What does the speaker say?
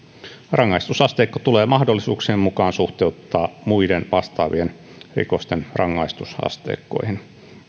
rangaistusasteikko tulee mahdollisuuksien mukaan suhteuttaa muiden vastaavien rikosten rangaistusasteikkoihin